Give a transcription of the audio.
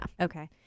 Okay